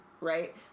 right